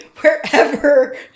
wherever